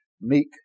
meek